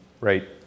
Right